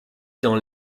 dans